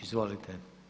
Izvolite.